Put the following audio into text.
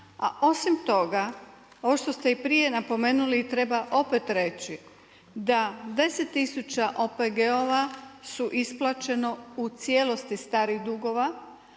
osim toga, ovo što ste i prije napomenuli i treba opet reći da 10 tisuća OPG-ova su isplaćeno u cijelosti starih dugova,